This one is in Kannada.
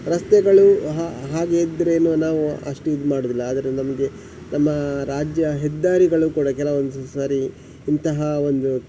ರಸ್ತೆಗಳು ಹಾಗೆ ಇದ್ದರೇನು ನಾವು ಅಷ್ಟು ಇದುಮಾಡುದಿಲ್ಲ ಆದರೆ ನಮಗೆ ನಮ್ಮ ರಾಜ್ಯ ಹೆದ್ದಾರಿಗಳು ಕೂಡ ಕೆಲವೊಂದು ಸ್ ಸಾರಿ ಇಂತಹ ಒಂದು